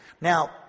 Now